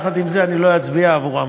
ויחד עם זה אני לא אצביע עבורן.